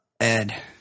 Ed